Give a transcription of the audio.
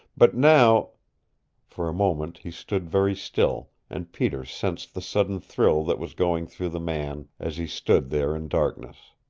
but now for a moment he stood very still, and peter sensed the sudden thrill that was going through the man as he stood there in darkness.